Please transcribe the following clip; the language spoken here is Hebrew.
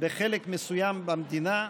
בחלק מסוים במדינה,